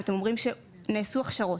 אתם אומרים שנעשו הכשרות.